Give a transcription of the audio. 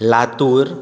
Latur